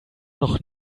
noch